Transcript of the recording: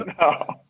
No